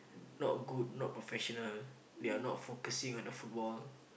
not good not professional they are not focusing on the football